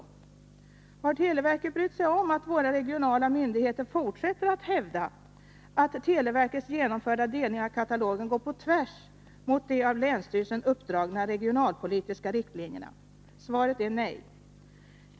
Har televerket brytt sig om att våra regionala myndigheter fortsätter att hävda att televerkets genomförda delning av katalogen går på tvärs mot de av länsstyrelsen uppdragna regionalpolitiska riktlinjerna? Svaret är nej.